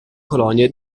colonie